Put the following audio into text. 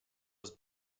was